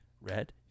red